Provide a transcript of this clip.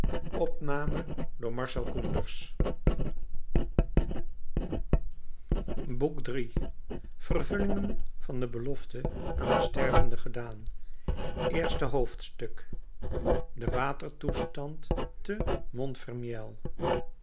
boek iii vervulling van de belofte aan de stervende gedaan eerste hoofdstuk de watertoestand te